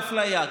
לאפליה,